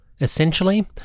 Essentially